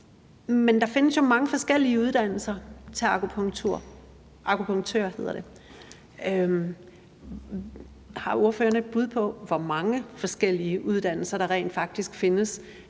Men der findes jo mange forskellige uddannelser til akupunktør. Har ordføreren et bud på, hvor mange forskellige uddannelser der rent faktisk findes